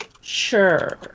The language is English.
Sure